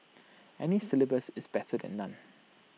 any syllabus is better than none